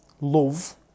love